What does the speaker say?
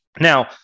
Now